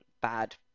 bad